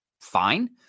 fine